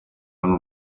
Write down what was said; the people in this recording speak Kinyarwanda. hano